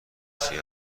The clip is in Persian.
کسی